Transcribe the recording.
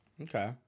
Okay